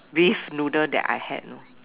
beef noodle that I had you know